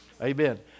Amen